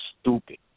stupid